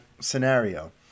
scenario